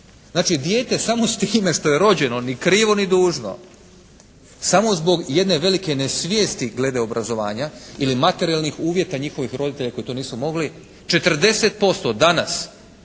Znači dijete samo s time što je rođeno ni krivo ni dužno, samo zbog jedne velike nesvijesti glede obrazovanja ili materijalnih uvjeta njihovih roditelja koji to nisu mogli 40% danas